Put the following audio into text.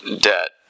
debt